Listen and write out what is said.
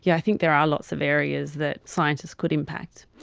yeah i think there are lots of areas that scientists could impact.